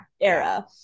era